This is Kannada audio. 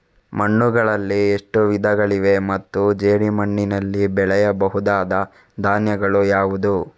ಮಣ್ಣುಗಳಲ್ಲಿ ಎಷ್ಟು ವಿಧಗಳಿವೆ ಮತ್ತು ಜೇಡಿಮಣ್ಣಿನಲ್ಲಿ ಬೆಳೆಯಬಹುದಾದ ಧಾನ್ಯಗಳು ಯಾವುದು?